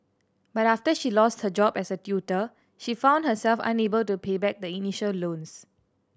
but after she lost her job as a tutor she found herself unable to pay back the initial loans